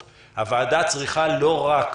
הוועדה צריכה לומר את דעתה לגבי דרכי